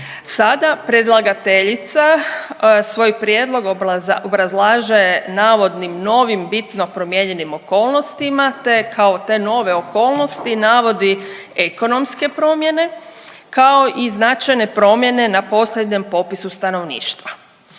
Sada predlagateljica svoj prijedlog obrazlaže navodnim novim bitno promijenjenim okolnostima, te kao te nove okolnosti navodi ekonomske promjene kao i značajne promjene na posljednjem popisu stanovništva.